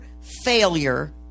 failure